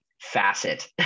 facet